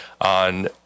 on